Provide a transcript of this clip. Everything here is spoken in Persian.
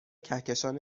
کهکشان